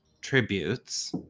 tributes